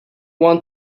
want